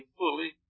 fully